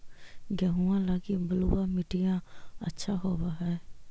गेहुआ लगी बलुआ मिट्टियां अच्छा होव हैं?